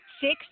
six